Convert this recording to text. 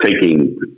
taking